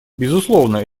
безусловно